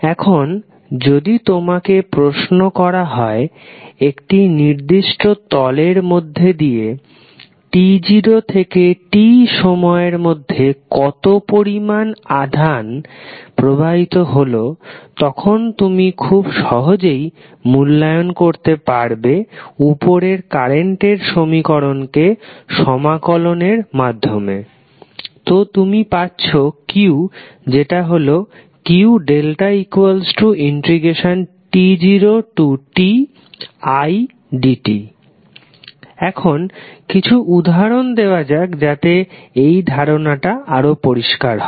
এখনযদি তোমাকে প্রশ্ন করা হয় একটি নির্দিষ্ট তলের মধ্যে দিয়ে t0 থেকে t সময়ের মধ্যে কত পরিমাণ আধান প্রবাহিত হল তখন তুমি খুব সহজেই মূল্যায়ন করতে পারবে উপরের কারেন্টের সমীকরণকে সমাকলনের মাধ্যমে তো তুমি পাচ্ছো Q যেটা হল Q≜t0tidt এখন কিছু উদাহরণ দেওয়া যাক যাতে এই ধারণাটা আরও পরিষ্কার হয়